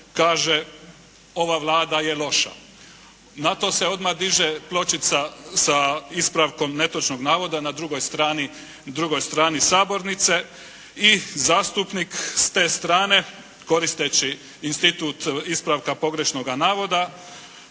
kaže ova Vlada je loša. Na to se odmah diže pločica sa ispravkom netočnog navoda na drugoj strani sabornice i zastupnik s te strane koristeći institut ispravka pogrešnog navoda